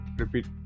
repeat